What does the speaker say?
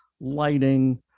lighting